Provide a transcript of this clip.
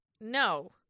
No